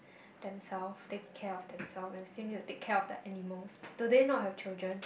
themselves take care of themselves and still need to take care of the animals do they not have children